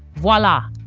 voila,